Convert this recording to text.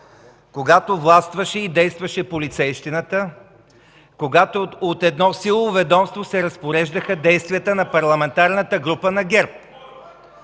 когато властваше и действаше полицейщината, когато от силовото ведомство се разпореждаха действията на Парламентарната група на ГЕРБ.